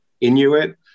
Inuit